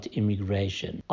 immigration